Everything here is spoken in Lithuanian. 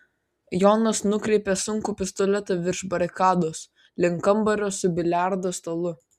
jonas nukreipė sunkų pistoletą virš barikados link kambario su biliardo stalu